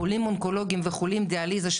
חולים אונקולוגים וחולים דיאליזה,